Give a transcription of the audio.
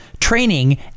training